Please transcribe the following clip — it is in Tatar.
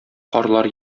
карлар